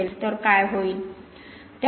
असेल तर काय होईल